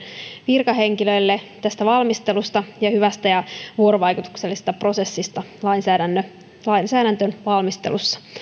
virkahenkilöille tästä valmistelusta ja hyvästä ja vuorovaikutuksellisesta prosessista lainsäädännön valmistelussa